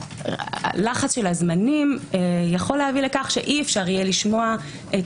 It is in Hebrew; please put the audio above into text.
לחץ הזמנים יכול להביא לכך שאי אפשר יהיה לשמוע את